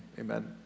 Amen